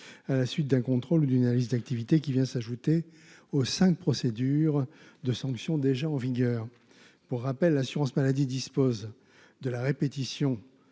à la suite d'un contrôle d'une liste d'activités qui vient s'ajouter aux 5 procédures de sanctions déjà en vigueur pour rappel, l'assurance maladie disposent de la répétition